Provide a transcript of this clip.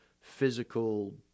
physical